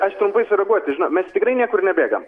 aš trumpai sureaguoti žinot mes tikrai niekur nebėgam